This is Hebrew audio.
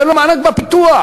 תן לו מענק בפיתוח,